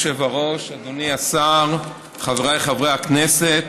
אדוני היושב-ראש, אדוני השר, חבריי חברי הכנסת,